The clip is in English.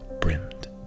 brimmed